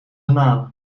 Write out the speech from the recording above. garnalen